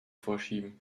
vorschieben